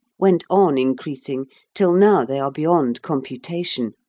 went on increasing till now they are beyond computation,